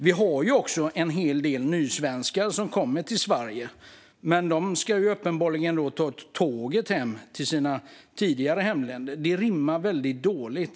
Vi har även en hel del nysvenskar som kommer till Sverige. Men de ska uppenbarligen ta tåget hem till sina tidigare hemländer. Det rimmar väldigt dåligt.